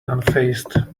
unfazed